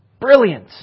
Brilliant